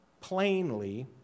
plainly